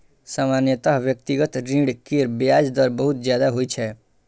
सामान्यतः व्यक्तिगत ऋण केर ब्याज दर बहुत ज्यादा होइ छै